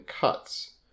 cuts